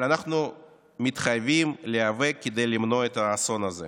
אבל אנחנו מתחייבים להיאבק כדי למנוע את האסון הזה.